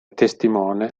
testimone